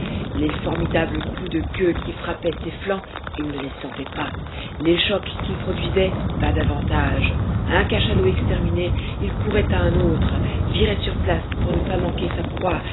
les formidables coups de queue qui frappaient ses flancs il ne les sentait pas les chocs qu'il produisait pas davantage un cachalot exterminé il courait à un autre virait sur place pour ne pas manquer sa proie